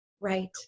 Right